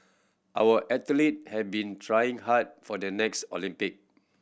our athlete have been trying hard for the next Olympic